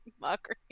Mockery